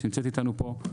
שנמצאת איתנו פה,